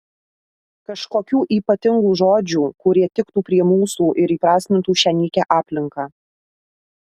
kažkokių ypatingų žodžių kurie tiktų prie mūsų ir įprasmintų šią nykią aplinką